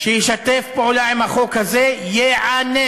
שישתף פעולה עם החוק הזה ייענש.